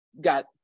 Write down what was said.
got